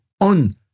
on